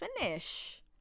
finish